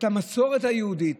המסורת היהודית,